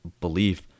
belief